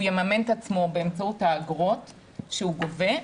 הוא יממן את עצמו באמצעות האגרות שהוא גובה,